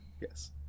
Yes